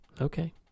Okay